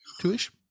Two-ish